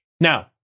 Now